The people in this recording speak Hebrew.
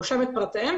רושם את פרטיהם,